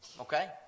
Okay